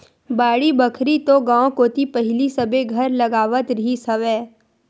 बाड़ी बखरी तो गाँव कोती पहिली सबे घर लगावत रिहिस हवय